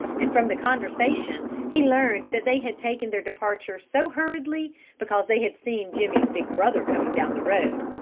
and from the conversation he learned that they had taken their departure so hurriedly because they had seen jimmy's big brother coming down the road,